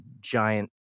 giant